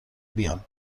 میان